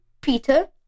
Peter